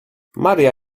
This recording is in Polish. maria